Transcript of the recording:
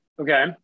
Okay